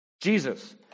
Jesus